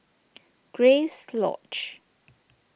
Grace Lodge